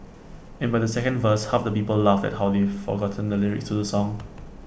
and by the second verse half the people laughed at how they forgotten the lyrics to the song